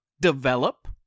develop